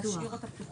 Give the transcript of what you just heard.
להשאיר אותה פתוחה?